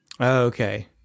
Okay